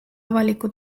avaliku